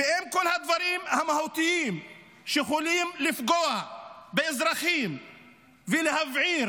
ואם את כל הדברים המהותיים שיכולים לפגוע באזרחים ולהבעיר